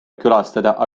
külastada